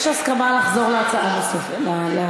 יש הסכמה לחזור להצעה שהייתה.